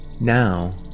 Now